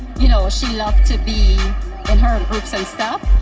you know, she loved to be in her groups and stuff.